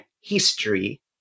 history